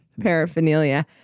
paraphernalia